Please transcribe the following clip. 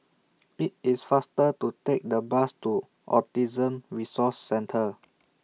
IT IS faster to Take The Bus to Autism Resource Centre